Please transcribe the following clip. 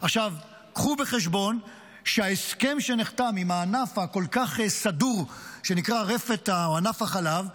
קחו בחשבון שההסכם שנחתם עם הענף הכל-כך סדור שנקרא רפת או ענף החלב,